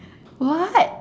what